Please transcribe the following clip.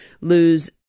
lose